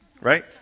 Right